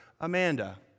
Amanda